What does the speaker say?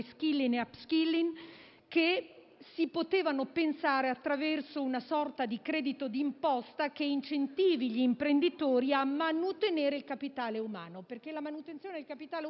dunque potuto pensare ad una sorta di credito di imposta, che incentivi gli imprenditori a manutenere il capitale umano, perché la manutenzione del capitale umano